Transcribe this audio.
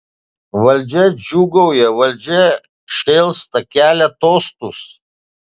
valdžia džiūgauja valdžia šėlsta kelia tostus